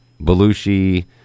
Belushi